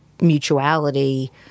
mutuality